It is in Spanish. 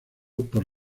por